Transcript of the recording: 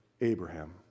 Abraham